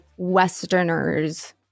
Westerners